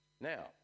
Now